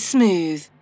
Smooth